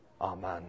Amen